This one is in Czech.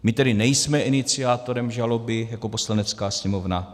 My tedy nejsme iniciátorem žaloby jako Poslanecká sněmovna.